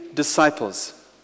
Disciples